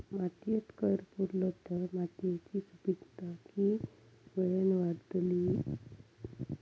मातयेत कैर पुरलो तर मातयेची सुपीकता की वेळेन वाडतली?